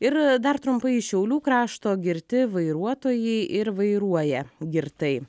ir dar trumpai iš šiaulių krašto girti vairuotojai ir vairuoja girtai